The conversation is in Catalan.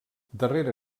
darrere